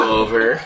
over